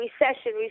recession